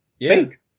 fake